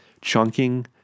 chunking